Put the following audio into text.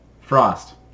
Frost